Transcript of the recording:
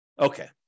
Okay